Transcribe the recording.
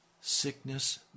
Sickness